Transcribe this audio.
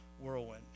whirlwind